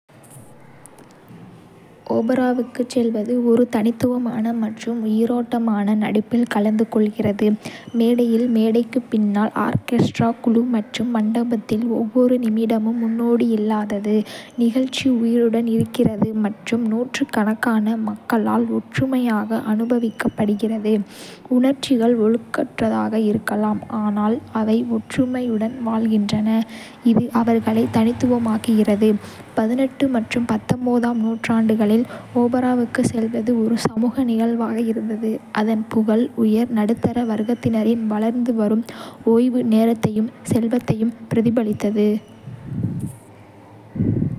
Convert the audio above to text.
ஓபராவுக்குச் செல்வது ஒரு தனித்துவமான மற்றும் உயிரோட்டமான நடிப்பில் கலந்துகொள்கிறது. மேடையில், மேடைக்குப் பின்னால், ஆர்கெஸ்ட்ரா குழி மற்றும் மண்டபத்தில், ஒவ்வொரு நிமிடமும் முன்னோடியில்லாதது. நிகழ்ச்சி உயிருடன் இருக்கிறது மற்றும் நூற்றுக்கணக்கான மக்களால் ஒற்றுமையாக அனுபவிக்கப்படுகிறது. உணர்ச்சிகள் ஒழுங்கற்றதாக இருக்கலாம், ஆனால் அவை ஒற்றுமையுடன் வாழ்கின்றன, இது அவர்களை தனித்துவமாக்குகிறது. மற்றும் ஆம் நூற்றாண்டுகளில் ஓபராவுக்குச் செல்வது ஒரு சமூக நிகழ்வாக இருந்தது. அதன் புகழ் உயர் நடுத்தர வர்க்கத்தினரின் வளர்ந்து வரும் ஓய்வு நேரத்தையும் செல்வத்தையும் பிரதிபலித்தது.